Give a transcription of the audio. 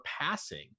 passing